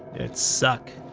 suck.